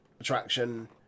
attraction